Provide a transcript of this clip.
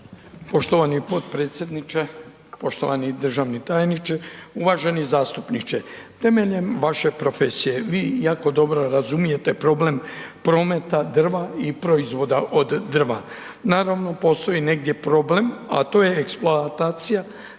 Poštovani potpredsjedniče, poštovani državni tajniče, uvaženi zastupniče. Temeljem vaše profesije, vi jako dobro razumijete problem prometa drva i proizvoda od drva. Naravno, postoji negdje problem a to je eksploatacija